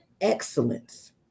excellence